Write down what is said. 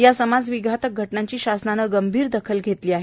या समाजविघातक घटनांची शासनाने गंभीर दखल घेतली आहे